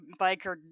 biker